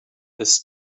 this